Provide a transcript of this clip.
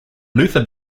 luther